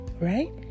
right